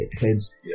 heads